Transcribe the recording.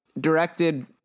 directed